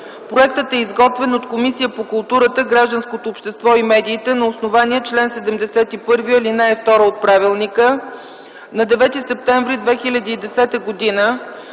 Проектът е изготвен от Комисията по културата, гражданското общество и медиите на основание чл. 71, ал. 2 от правилника. На 9 септември 2010 г.